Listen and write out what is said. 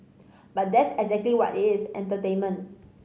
but that's exactly what it is entertainment